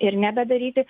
ir nebedaryti